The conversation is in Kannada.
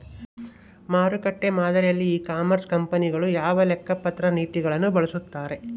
ಮಾರುಕಟ್ಟೆ ಮಾದರಿಯಲ್ಲಿ ಇ ಕಾಮರ್ಸ್ ಕಂಪನಿಗಳು ಯಾವ ಲೆಕ್ಕಪತ್ರ ನೇತಿಗಳನ್ನು ಬಳಸುತ್ತಾರೆ?